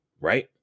right